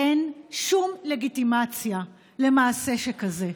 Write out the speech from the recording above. אין שום לגיטימציה למעשה שכזה.